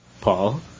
Paul